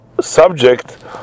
subject